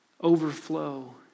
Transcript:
overflow